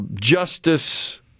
Justice